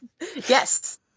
yes